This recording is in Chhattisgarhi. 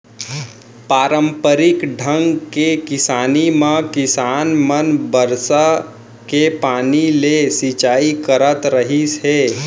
पारंपरिक ढंग के किसानी म किसान मन बरसा के पानी ले सिंचई करत रहिस हे